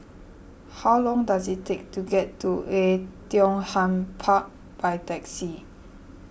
how long does it take to get to Oei Tiong Ham Park by taxi